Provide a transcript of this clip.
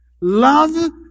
Love